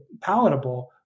palatable